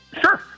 Sure